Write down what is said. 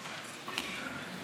אליו אלפי סטודנטים מכל רחבי